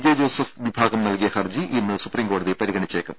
J Joseph വിഭാഗം നൽകിയ ഹർജി ഇന്ന് സുപ്രീംകോടതി പരിഗണിച്ചേക്കും